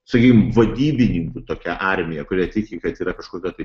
sakykim vadybininkų tokia armija kuria tiki kad yra kažkokia tai